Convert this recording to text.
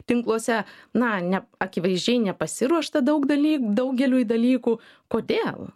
tinkluose na ne akivaizdžiai nepasiruošta daug daly daugeliui dalykų kodėl